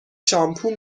شامپو